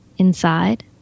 inside